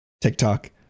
TikTok